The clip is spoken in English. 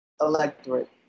electorate